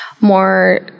more